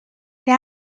they